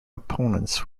opponents